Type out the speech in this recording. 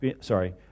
Sorry